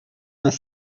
vingt